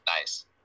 nice